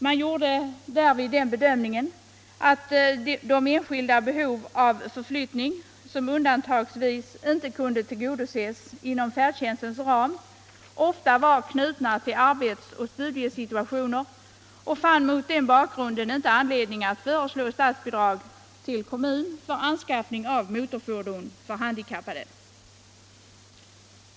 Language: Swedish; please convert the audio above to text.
Man gjorde härvid den bedömningen att de enskilda behov av förflyttning som undantagsvis inte kunde tillgodoses inom färdtjänstens ram ofta var knutna till arbets och studiesituationer och fann mot den bakgrunden inte anledning att föreslå statsbidrag till kommuner för anskaffning av motorfordon för handikappade.